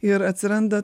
ir atsiranda